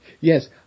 Yes